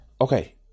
okay